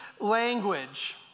language